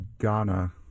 Ghana